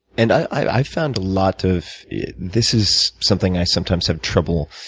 and i've i've found a lot of this is something i sometimes have trouble